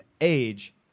age